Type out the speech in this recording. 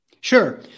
Sure